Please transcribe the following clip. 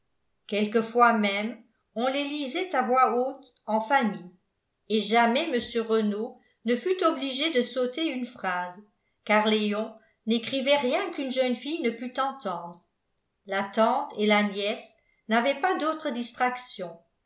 quelquefois même on les lisait à voix haute en famille et jamais mr renault ne fut obligé de sauter une phrase car léon n'écrivait rien qu'une jeune fille ne pût entendre la tante et la nièce n'avaient pas d'autres distractions